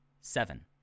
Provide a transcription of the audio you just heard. Seven